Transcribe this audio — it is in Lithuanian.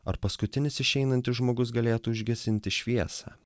ar paskutinis išeinantis žmogus galėtų užgesinti šviesą